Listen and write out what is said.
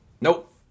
nope